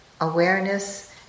Awareness